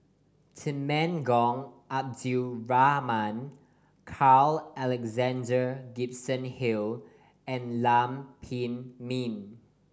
Temenggong Abdul Rahman Carl Alexander Gibson Hill and Lam Pin Min